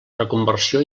reconversió